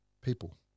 People